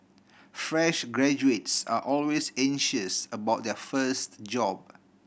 fresh graduates are always anxious about their first job